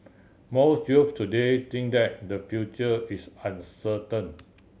most youths today think that their future is uncertain